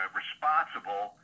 responsible